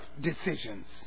decisions